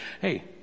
hey